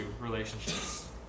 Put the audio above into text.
relationships